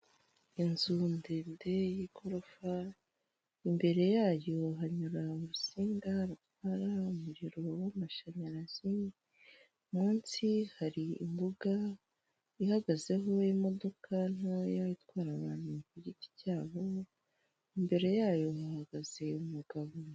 Abantu bari kukazu mu inzu igurisha amayinite, abayobozi noneho bagiye nko kubikuza cyangwa kubitsa cyangwa kugura ikarita yo guha....